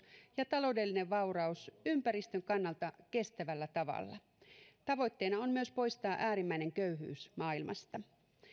ja taloudellinen vauraus ympäristön kannalta kestävällä tavalla tavoitteena on myös poistaa äärimmäinen köyhyys maailmasta